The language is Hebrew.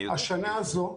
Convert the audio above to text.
השנה הזאת,